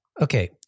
Okay